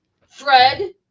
fred